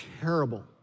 terrible